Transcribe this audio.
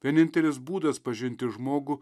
vienintelis būdas pažinti žmogų